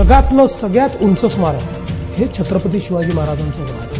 जगातलं सगळ्यात उच स्मारक हे छत्रपती शिवाजी महाराजांचं होणार आहे